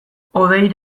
hodei